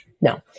no